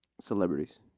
Celebrities